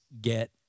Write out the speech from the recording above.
get